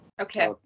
okay